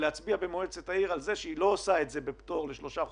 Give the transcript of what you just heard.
ולהצביע במועצת העיר על כך שהיא לא עושה את זה בפטור לשלושה חודשים,